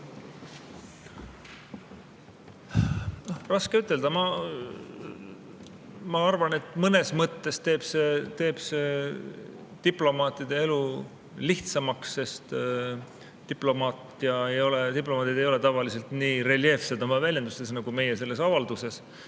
Raske ütelda. Ma arvan, et mõnes mõttes teeb see diplomaatide elu lihtsamaks, sest diplomaadid ei ole tavaliselt nii reljeefsed oma väljendustes nagu meie selles avalduses.